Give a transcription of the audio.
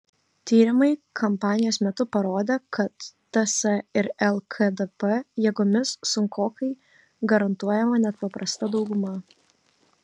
tyrimai kampanijos metu parodė kad ts ir lkdp jėgomis sunkokai garantuojama net paprasta dauguma